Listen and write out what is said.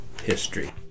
history